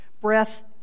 breath